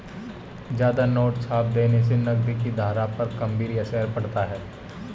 ज्यादा नोट छाप देने से नकद की धारा पर गंभीर असर पड़ता है